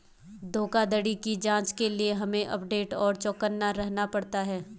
धोखाधड़ी की जांच के लिए हमे अपडेट और चौकन्ना रहना पड़ता है